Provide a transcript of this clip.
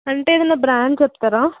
అంటే ఏమైనా బ్రాండ్ చెప్తారా